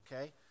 okay